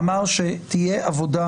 אמר שתהיה עבודה